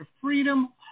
Freedom